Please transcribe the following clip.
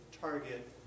target